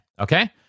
Okay